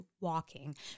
walking